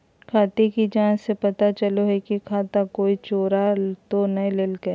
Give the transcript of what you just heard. खाते की जाँच से पता चलो हइ की खाता कोई चोरा तो नय लेलकय